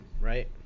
right